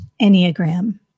Enneagram